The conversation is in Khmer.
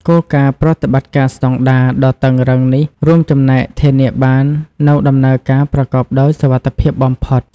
គោលការណ៍ប្រតិបត្តិការស្តង់ដារ ដ៏តឹងរ៉ឹងទាំងនេះរួមចំណែកធានាបាននូវដំណើរការប្រកបដោយសុវត្ថិភាពបំផុត។